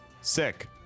Sick